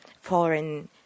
foreign